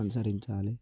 అనుసరించాలి